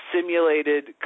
simulated